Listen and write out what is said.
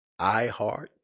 iHeart